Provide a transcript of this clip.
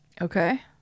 Okay